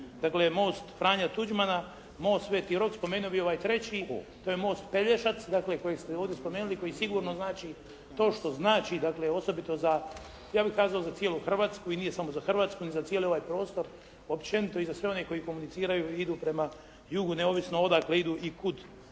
dakle Most Franje Tuđmana, Most Sveti Rok spomenuo bih i ovaj treći, to je Most Pelješac. Dakle kojeg ste ovdje spomenuli koji sigurno znači to što znači dakle osobito za ja bih nazvao za cijelu Hrvatsku i nije samo za Hrvatsku nego za cijeli ovaj prostor općenito i za sve oni koji komuniciraju i idu prema jugu neovisno odakle idu i kud